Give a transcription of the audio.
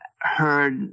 heard